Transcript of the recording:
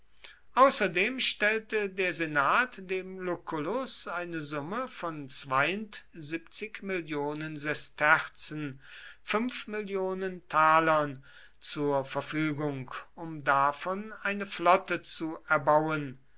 außerdem stellte der senat dem lucullus eine summe von mill sesterzen zur verfügung um davon eine flotte zu erbauen